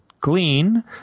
glean